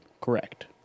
Correct